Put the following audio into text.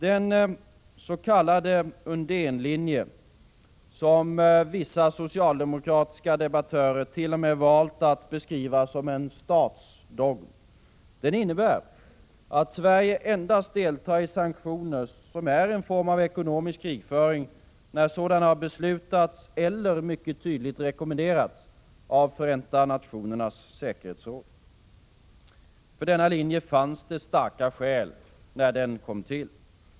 Den s.k. Undénlinje som vissa socialdemokratiska debattörer t.o.m. valt att beskriva som en ”statsdogm” innebär att Sverige endast deltar i sanktioner, som är en form av ekonomisk krigföring, när sådana har beslutats eller mycket tydligt rekommenderats av Förenta nationernas säkerhetsråd. För denna linje fanns det starka skäl när den kom till.